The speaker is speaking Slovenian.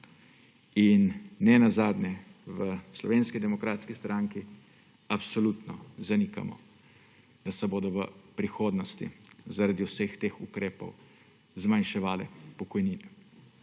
In ne nazadnje v Slovenski demokratski stranki absolutno zanikamo, da se bodo v prihodnosti zaradi vseh teh ukrepov zmanjševale pokojnine.